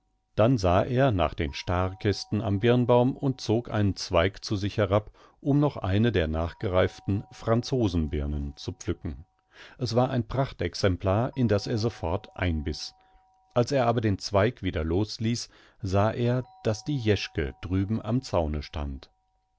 dann sah er nach den staarkästen am birnbaum und zog einen zweig zu sich herab um noch eine der nachgereiften franzosenbirnen zu pflücken es war ein prachtexemplar in das er sofort einbiß als er aber den zweig wieder los ließ sah er daß die jeschke drüben am zaune stand